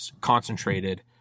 concentrated